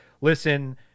listen